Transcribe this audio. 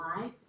life